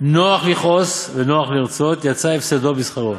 נוח לכעוס ונוח לרצות, יצא הפסדו בשכרו,